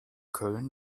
köln